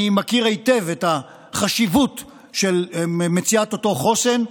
אני מכיר היטב את החשיבות של מציאת אותו חוסן,